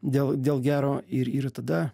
dėl dėl gero ir ir tada